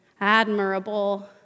admirable